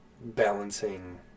balancing